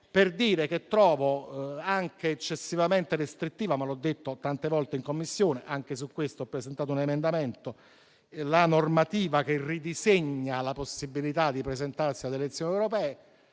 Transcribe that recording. conclusione, trovo eccessivamente restrittiva - l'ho detto tante volte in Commissione e anche su questo ho presentato un emendamento - la normativa che ridisegna la possibilità di presentarsi alle elezioni europee.